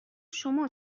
شما